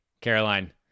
Caroline